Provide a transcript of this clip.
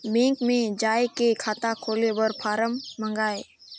Bank मे जाय के खाता खोले बर फारम मंगाय?